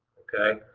okay?